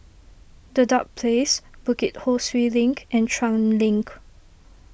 Dedap Place Bukit Ho Swee Link and Chuan Link